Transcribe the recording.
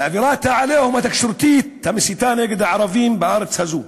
באווירת ה"עליהום" התקשורתית המסיתה נגד הערבים בארץ הזאת,